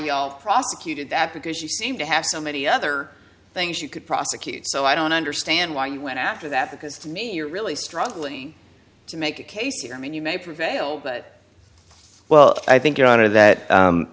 are prosecuted because you seem to have so many other things you could prosecute so i don't understand why you went after that because you're really struggling to make a case here i mean you may prevail but well i think your honor that